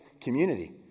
community